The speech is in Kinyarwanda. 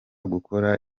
gukora